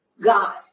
God